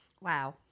Wow